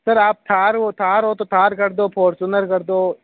sir आप थार हो थार हो तो थार कर दो फोरचूनर कर दो